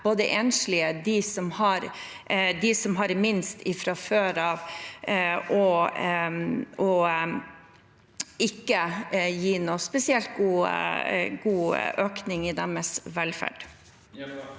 både enslige og dem som har minst fra før av, og vil ikke gi noen spesielt god økning i deres velferd.